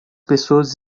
pessoas